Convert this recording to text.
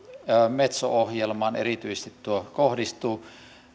metso ohjelmaan tuo kohdistuu